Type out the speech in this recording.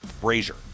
Brazier